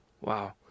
wow